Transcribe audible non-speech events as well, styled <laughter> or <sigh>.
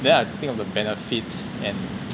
then I think of the benefits and <noise>